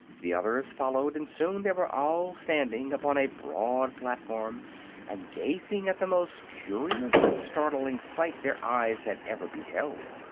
the others followed and soon they were all standing upon a broad platform and gazing at the most curious and startling sight their eyes had ever beheld.